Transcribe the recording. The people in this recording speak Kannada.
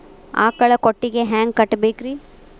ಆಕಳ ಕೊಟ್ಟಿಗಿ ಹ್ಯಾಂಗ್ ಕಟ್ಟಬೇಕ್ರಿ?